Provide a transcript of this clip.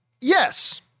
yes